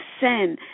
sin